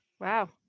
Wow